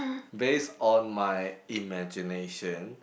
based on my imagination